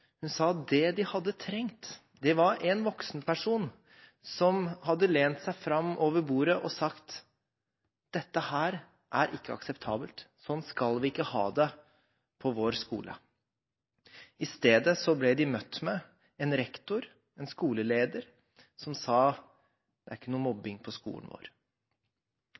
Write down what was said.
Hun sa at det de hadde trengt, var en voksenperson som hadde lent seg fram over bordet og sagt: Dette er ikke akseptabelt, sånn skal vi ikke ha det på vår skole. I stedet ble de møtt av en rektor, en skoleleder, som sa at det ikke er noen mobbing på skolen vår.